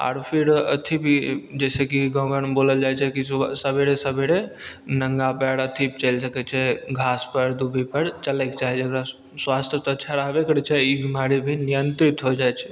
आर फेर अथी भी जैसे की गाँव घरमे बोलल जाइ छै की सुबह सबेरे सबेरे नङ्गा पयर अथी चलि सकय छै घासपर दुबीपर चलयके चाही स्वास्थ तऽ अच्छा रहबे करय छै ई बीमारी भी नियन्त्रित हो जाइ छै